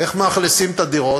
איך מאכלסים את הדירות?